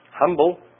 humble